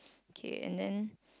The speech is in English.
okay and then